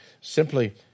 simply